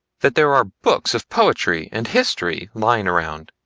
that there are books of poetry and history lying around,